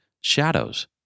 shadows